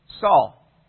Saul